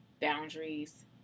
boundaries